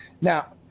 Now